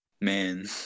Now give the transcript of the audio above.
man